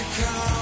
come